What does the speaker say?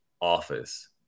office